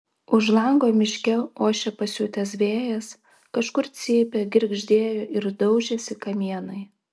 už lango miške ošė pasiutęs vėjas kažkur cypė girgždėjo ir daužėsi kamienai